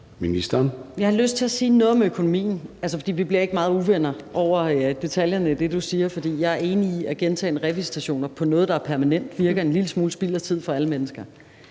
Jeg har lyst til at sige noget om økonomien. Vi bliver ikke meget uvenner over detaljerne i det, du siger. For jeg er enig i, at gentagne revisitationer i forhold til noget, der er permanent, virker en lille smule spild af tid for alle mennesker,